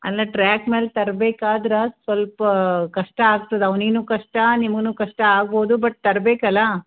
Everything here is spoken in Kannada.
ಅಲ್ಲ ಟ್ರ್ಯಾಕ್ ಮೇಲೆ ತರ್ಬೇಕಾದ್ರೆ ಸ್ವಲ್ಪ ಕಷ್ಟ ಆಗ್ತದೆ ಅವ್ನಿನ್ನು ಕಷ್ಟ ನಿಮಗೂನು ಕಷ್ಟ ಆಗ್ಬೋದು ಬಟ್ ತರ್ಬೇಕಲ್ಲ